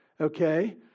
okay